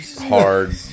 hard